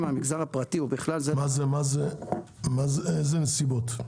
מהמגזר הפרטי ובכלל זה --- איזה נסיבות?